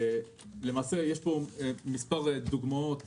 יש פה מספר דוגמאות